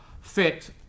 fit